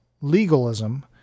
legalism